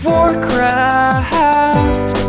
Warcraft